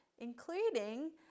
including